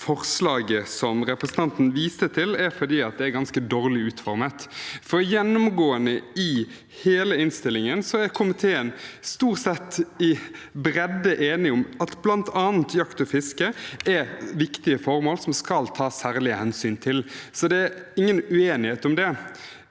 forslaget representanten viste til, er at det er ganske dårlig utformet. Gjennomgående i hele innstillingen er komiteen stort sett i bredt enige om at bl.a. jakt og fiske er viktige formål som skal tas særlig hensyn til, så det er ingen uenighet om det.